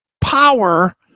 power